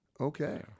Okay